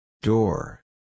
Door